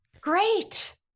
Great